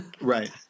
Right